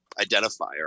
identifier